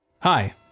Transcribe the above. Hi